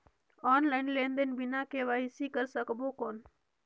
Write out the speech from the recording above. Online लेनदेन बिना KYC कर सकबो कौन??